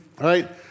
right